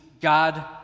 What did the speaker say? God